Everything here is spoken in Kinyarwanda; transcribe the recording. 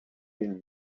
uyu